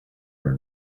her